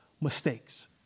mistakes